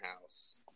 house